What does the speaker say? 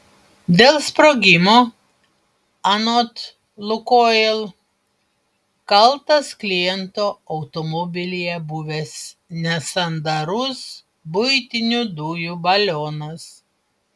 dėl sprogimo anot lukoil kaltas kliento automobilyje buvęs nesandarus buitinių dujų balionas